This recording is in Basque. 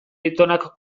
aitonak